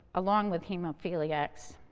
along with hemophiliacs.